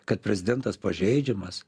kad prezidentas pažeidžiamas